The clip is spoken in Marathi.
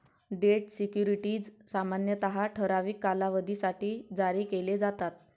डेट सिक्युरिटीज सामान्यतः ठराविक कालावधीसाठी जारी केले जातात